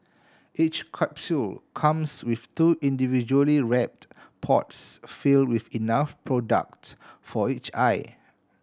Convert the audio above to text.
each capsule comes with two individually wrapped pods fill with enough product for each eye